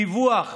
דיווח,